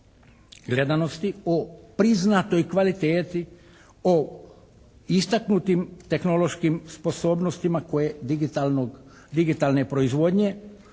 gledanosti, po priznatoj kvaliteti, o istaknutim tehnološkim sposobnostima koje digitalno, digitalne proizvodnje